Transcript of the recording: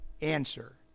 Answer